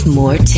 more